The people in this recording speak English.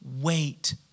wait